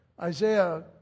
Isaiah